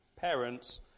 parents